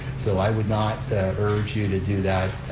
so i would not urge you to do that